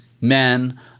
men